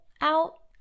out